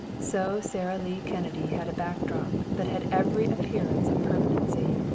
so sara lee kennedy had a back drop that had every appearance of permanency.